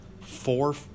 four